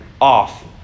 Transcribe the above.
off